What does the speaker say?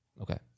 Okay